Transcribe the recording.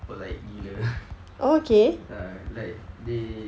polite gila like they